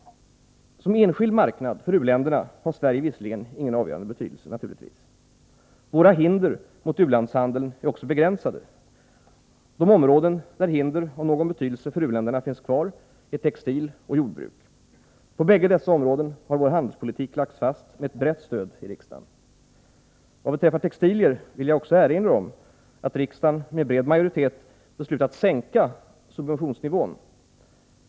Som enskild marknad för u-länderna har Sverige visserligen ingen avgörande betydelse, naturligtivs. Våra hinder mot u-landshandeln är också begränsade. De områden där hinder av någon betydelse för u-länderna finns kvar är textil och jordbruk. På bägge dessa områden har vår handelspolitik lagts fast med brett stöd i riksdagen. Vad beträffar textilier vill jag erinra om att riksdagen med bred majoritet beslutat sänka subventionsnivån.